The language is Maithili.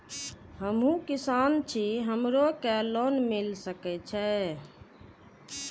हमू किसान छी हमरो के लोन मिल सके छे?